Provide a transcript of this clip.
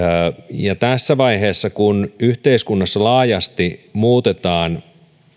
tässä vaiheessa kun yhteiskunnassa laajasti muutetaan